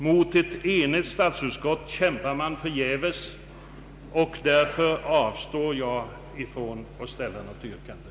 Mot ett enigt statsutskott kämpar man förgäves, och därför avstår jag från att ställa något yrkande.